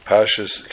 Pasha's